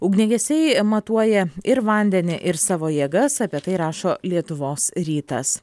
ugniagesiai matuoja ir vandenį ir savo jėgas apie tai rašo lietuvos rytas